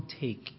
take